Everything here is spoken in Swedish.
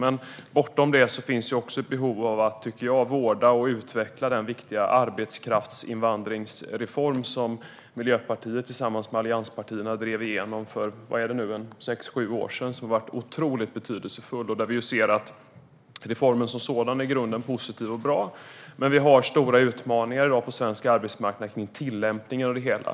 Men bortom det finns också ett behov av att, tycker jag, vårda och utveckla den viktiga arbetskraftsinvandringsreform som Miljöpartiet tillsammans med allianspartierna drev igenom för sex sju år sedan. Den har varit otroligt betydelsefull, och vi ser att reformen som sådan i grunden är positiv och bra, men vi har stora utmaningar i dag på svensk arbetsmarknad kring tillämpningen av det hela.